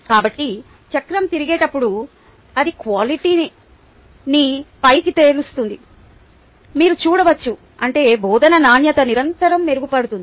కాబట్టి చక్రం తిరిగేటప్పుడు అది క్వాలిటిని పైకి తెస్తుందని మీరు చూడవచ్చు అంటే బోధన నాణ్యత నిరంతరం మెరుగుపడుతుంది